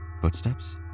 Footsteps